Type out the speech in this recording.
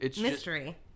mystery